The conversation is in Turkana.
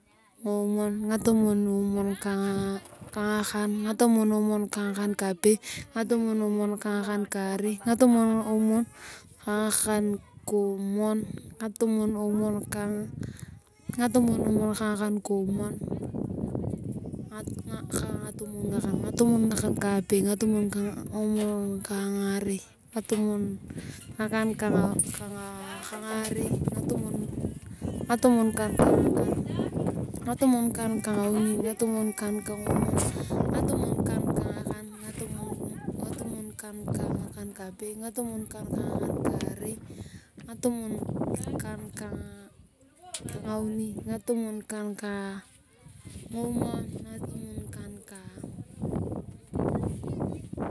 Ngomwon. Ngatumun emwon kangakani. Ngatumun emwon kangakan kapei. Ngatumun emwon kangakarei. Ngatumun emwon kangakan kouni. Ngatumun emwon kangakan komwon. Ngatumun emwon kaapei. Ngatumun emwon kangarei. Ngatumun kan kangauni. Ngatumun kan kangomwon. Ngatumun kan kangikan. Ngatumun kan kaapei. Ngatumun kan kangakan kaarei.